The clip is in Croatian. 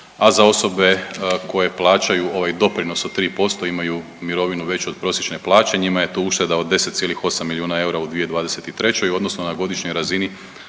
a za osobe koje plaćaju ovaj doprinos od 3% imaju mirovinu veću od prosječne plaće njima je to ušteda od 10,8 miliona eura u 2023. odnosno na godišnjoj razni